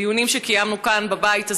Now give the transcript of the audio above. בדיונים שקיימנו כאן בבית,